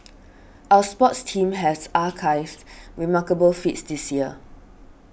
our sports team has achieved remarkable feats this year